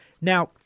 Now